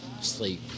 Sleep